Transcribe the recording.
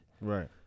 Right